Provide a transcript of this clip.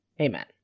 Amen